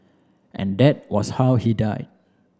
and that was how he died